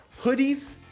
hoodies